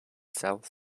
south